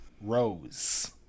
Rose